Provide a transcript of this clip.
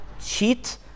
cheat